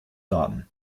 daten